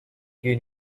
gehen